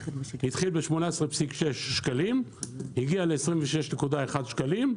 התחיל ב-18.6 שקלים והגיע ל-26.1 שקלים.